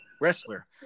wrestler